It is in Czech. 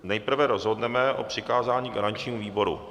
Nejprve rozhodneme o přikázání garančnímu výboru.